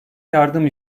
yardım